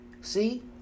See